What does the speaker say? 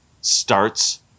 starts